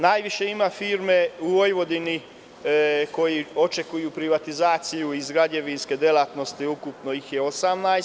Najviše ima firmi u Vojvodini koje očekuju privatizaciju iz građevinske delatnosti, ukupno ih je 18.